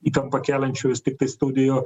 įtampą keliančių vis tiktai studijų